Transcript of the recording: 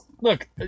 Look